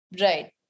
right